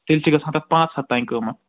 تیٚلہِ چھِ گَژھان تَتھ پانٛژہ ہتھ تانۍ قۭمتھ